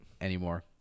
anymore